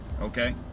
Okay